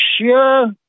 sure